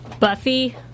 Buffy